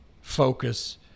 focus